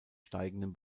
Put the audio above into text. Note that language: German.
steigenden